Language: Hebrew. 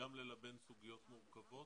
וגם ללבן סוגיות מורכבות.